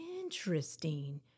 Interesting